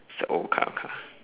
it's a old kind of car